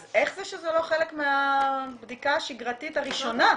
אז איך זה שזה לא חלק מהבדיקה השגרתית הראשונה?